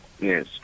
yes